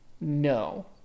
no